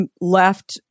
left